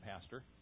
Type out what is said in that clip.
Pastor